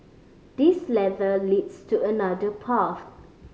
this ladder leads to another path